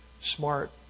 smart